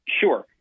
Sure